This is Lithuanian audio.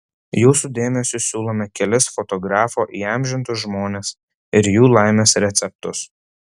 jūsų dėmesiui siūlome kelis fotografo įamžintus žmones ir jų laimės receptus